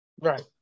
right